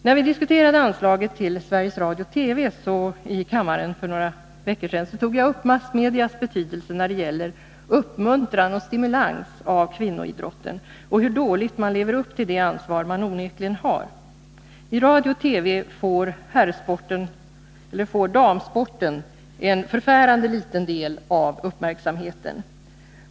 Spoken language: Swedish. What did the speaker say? När vi diskuterade anslaget till Sveriges Radio/TV i kammaren för några veckor sedan tog jag upp massmedias betydelse när det gäller uppmuntran och stimulans av kvinnoidrotten och hur dåligt man lever upp till det ansvar man onekligen har. I radio och TV får damsporten en förfärande liten del av uppmärksamheten.